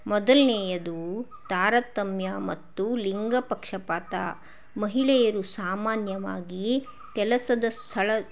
ಮೊದಲನೇಯದು ತಾರತಮ್ಯ ಮತ್ತು ಲಿಂಗ ಪಕ್ಷಪಾತ ಮಹಿಳೆಯರು ಸಾಮಾನ್ಯವಾಗಿ ಕೆಲಸದ ಸ್ಥಳ